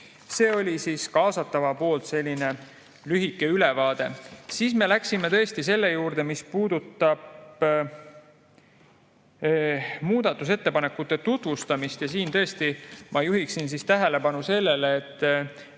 See oli kaasatava poolt selline lühike ülevaade. Seejärel me läksime selle juurde, mis puudutas muudatusettepanekute tutvustamist. Ja tõesti ma juhiksin tähelepanu sellele,